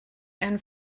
and